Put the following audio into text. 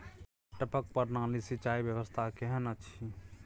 टपक प्रणाली से सिंचाई व्यवस्था केहन अछि?